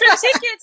tickets